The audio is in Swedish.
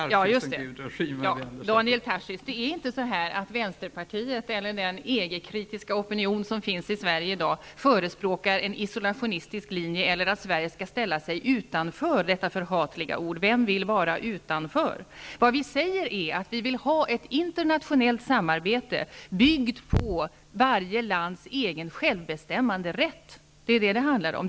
Fru talman! Daniel Tarschys! Det är inte så att Vänsterpartiet eller den EG-kritiska opinion som finns i Sverige i dag förespråkar en isolationistisk linje eller att Sverige skall ställa sig utanför -- detta förhatliga ord! Vem vill vara utanför? Vad vi säger är att vi vill ha ett internationellt samarbete, byggt på varje lands egen självbestämmanderätt -- det är den det handlar om.